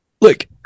look